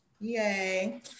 Yay